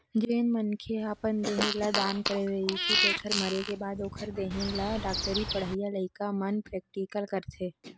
जेन मनखे ह अपन देह ल दान करे रहिथे तेखर मरे के बाद ओखर देहे ल डॉक्टरी पड़हइया लइका मन प्रेक्टिकल करथे